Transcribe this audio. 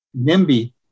NIMBY